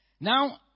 Now